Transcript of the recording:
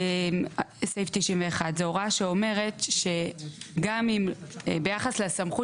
סעיף 91. זו הוראה שאומרת שגם אם ביחס לסמכות